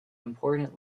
important